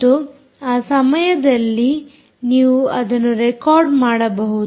ಮತ್ತು ಆ ಸಮಯದಲ್ಲಿ ನೀವು ಅದನ್ನು ರೆಕಾರ್ಡ್ ಮಾಡಬಹುದು